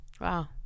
Wow